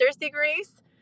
degrees